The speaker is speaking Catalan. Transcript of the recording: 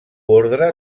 ordre